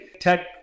Tech